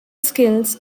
skills